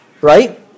right